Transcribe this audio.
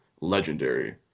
legendary